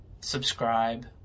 subscribe